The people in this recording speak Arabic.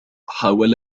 حاول